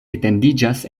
etendiĝas